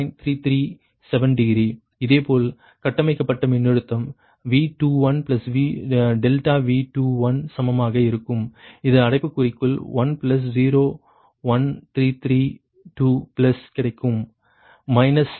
337 degree இதேபோல் கட்டமைக்கப்பட்ட மின்னழுத்தம் V2∆V2 சமமாக இருக்கும் இது அடைப்புக்குறிக்குள் 1 0 1 3 3 2 பிளஸ் கிடைக்கும் 0